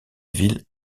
ville